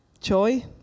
joy